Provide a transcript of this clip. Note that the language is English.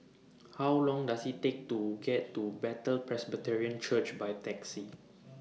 How Long Does IT Take to get to Bethel Presbyterian Church By Taxi